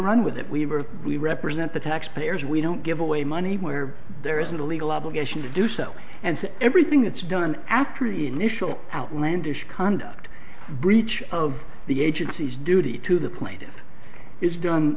run with that we have are we represent the taxpayers we don't give away money where there is a legal obligation to do so and everything that's done after the initial outlandish conduct breach of the agency's duty to the plaintiffs is done